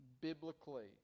biblically